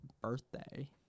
birthday